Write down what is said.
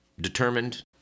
determined